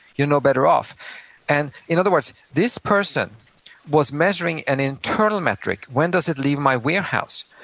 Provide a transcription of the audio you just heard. you're no better off and in other words, this person was measuring an internal metric, when does it leave my warehouse,